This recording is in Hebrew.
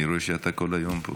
אני רואה שאתה כל היום פה,